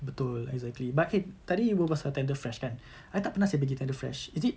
betul exactly but eh tadi you berbual pasal tenderfresh kan I tak pernah seh pergi tenderfresh is it